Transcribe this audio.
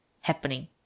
happening